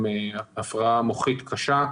הפרעה מוחית קשה,